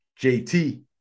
jt